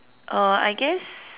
uh I guess